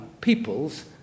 peoples